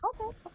okay